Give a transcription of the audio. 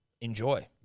Enjoy